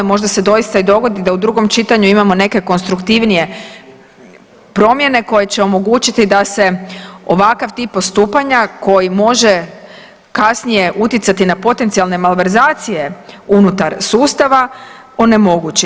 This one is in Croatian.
Možda se doista i dogodi da u drugom čitanju imamo neke konstruktivnije promjene koje će omogućiti da se ovakav tip postupanja koji može kasnije utjecati na potencijalne malverzacije unutar sustava onemogući?